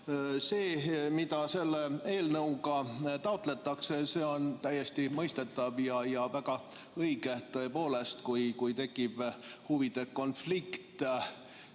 See, mida selle eelnõuga taotletakse, on täiesti mõistetav ja väga õige. Tõepoolest, kui tekib huvide konflikt,